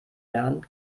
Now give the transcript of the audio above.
jahren